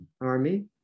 army